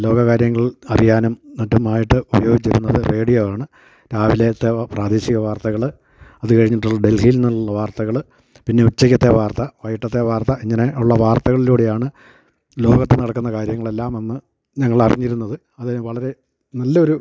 ലോക കാര്യങ്ങൾ അറിയാനും മറ്റുമായിട്ട് ഉപയോയിച്ചിരുന്നത് റേഡിയോ ആണ് രാവിലത്തെ പ്രാദേശിക വാർത്തകൾ അത് കഴിഞ്ഞിട്ടുള്ള ഡൽഹിയിൽ നിന്നുള്ള വാർത്തകൾ പിന്നെ ഉച്ചയ്ക്കത്തെ വാർത്ത വൈകിയിട്ടത്തെ വാർത്ത ഇങ്ങനെ ഉള്ള വാർത്തകളിലൂടെയാണ് ലോകത്തു നടക്കുന്ന കാര്യങ്ങളെല്ലാം അന്ന് ഞങ്ങളറിഞ്ഞിരുന്നത് അത് വളരെ നല്ലൊരു